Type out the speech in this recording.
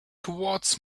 towards